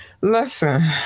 Listen